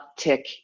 uptick